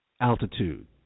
altitude